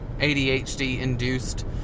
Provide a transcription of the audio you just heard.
ADHD-induced